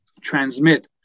transmit